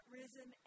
risen